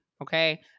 okay